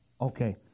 Okay